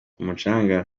umucanga